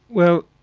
well,